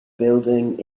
building